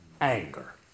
anger